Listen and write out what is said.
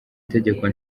itegeko